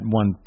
one